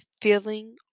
Feeling